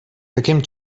таким